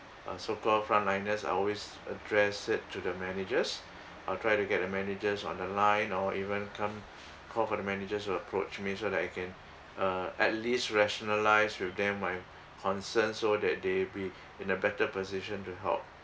uh so called front liners I always address it to the managers I'll try to get a managers on the line or even come call for the managers to approach me so that I can uh at least rationalise with them my concerns so that they be in a better position to help